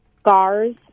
Scars